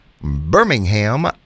Birmingham